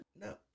No